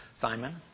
Simon